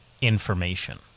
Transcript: information